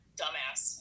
dumbass